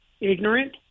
ignorant